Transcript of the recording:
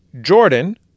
Jordan